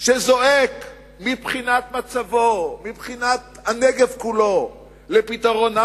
שזועק מבחינת מצבו ומבחינת הנגב כולו לפתרון.